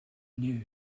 news